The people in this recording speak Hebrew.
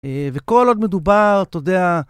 וכל עוד מדובר, אתה יודע...